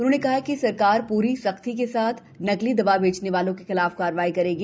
उन्होंने कहा कि सरकार पूरी सख्ती के साथ नकली दवा बेचने वालों के खिलाफ कार्रवाई करेगी